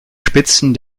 spitzen